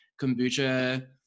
kombucha